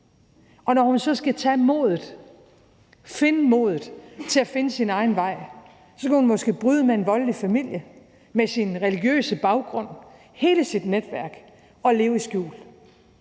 Og når hun så skal finde modet til at finde sin egen vej, skal hun måske bryde med en voldelig familie, sin religiøse baggrund og hele sit netværk og leve i skjul.